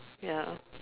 ya